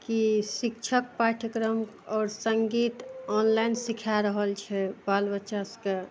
कि शिक्षक पाठ्यक्रम आओर संगीत ऑनलाइन सिखा रहल छै बाल बच्चा सबके